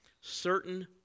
Certain